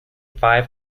five